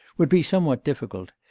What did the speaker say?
would be somewhat difficult.